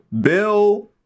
Bill